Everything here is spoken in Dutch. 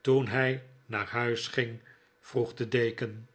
toen hij naar huis ging vroeg de deken